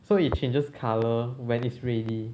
so it changes colour when it's ready